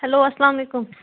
hello اسلام علیکُم